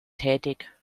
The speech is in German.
tätig